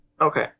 Okay